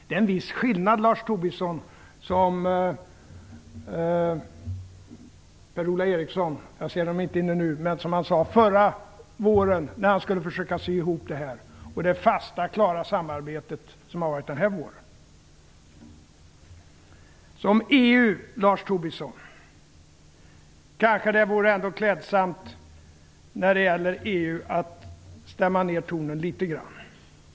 Det är en viss skillnad mot hur det var förra våren, Lars Tobisson. Per-Ola Eriksson talade om hur han då försökte sy ihop det och om det fasta, klara samarbete som har varit den här våren. När det gäller EU kanske det vore klädsamt, Lars Tobisson, att stämma ned tonen litet grand.